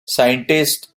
scientists